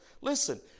listen